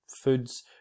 foods